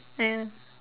and